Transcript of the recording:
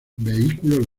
vehículos